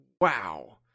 Wow